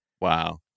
wow